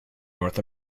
north